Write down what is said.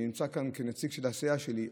אני נמצא כאן כנציג של הסיעה שלי,